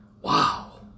Wow